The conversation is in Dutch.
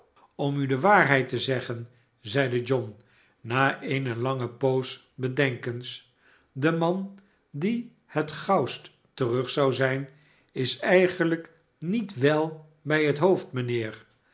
om u de waarheid te zeggen zeide john na eene lange poos bedenkens de man die het gauwst terug zou zijn is eigenlijk niet wel bij het hoofd mijnheer